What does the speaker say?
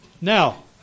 Now